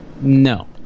no